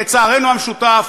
לצערנו המשותף,